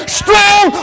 strong